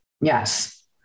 Yes